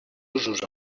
usos